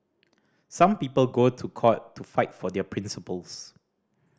some people go to court to fight for their principles